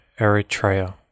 Eritrea